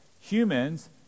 Humans